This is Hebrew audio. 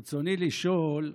ברצוני לשאול: